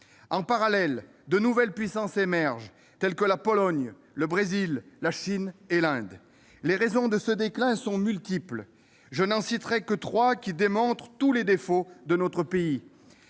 Au même moment, de nouvelles puissances émergent, telles que la Pologne, le Brésil, la Chine et l'Inde. Les raisons de ce déclin sont multiples. Je n'en citerai que trois, qui démontrent tous les « défauts » de notre pays.